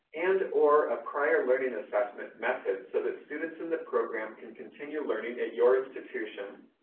and or a prior learning assessment method so that students in the program can continue learning at your institution,